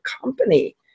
company